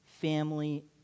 family